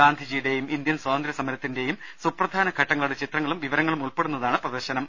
ഗാന്ധിജിയുടെയും Indian സ്വാതന്ത്ര്യ സമരത്തിന്റെയും സുപ്രധാന ഘട്ടങ്ങളുടെ ചിത്രങ്ങളും വിവരങ്ങളും ഉൾപ്പെടുന്നതാണ് പ്രദർശനം